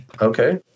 okay